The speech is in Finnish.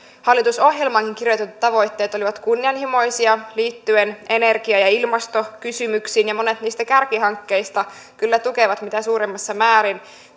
hallitusohjelmaan kirjoitetut tavoitteet olivat kunnianhimoisia liittyen energia ja ja ilmastokysymyksiin ja monet niistä kärkihankkeista kyllä tukevat mitä suurimmassa määrin